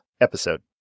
episode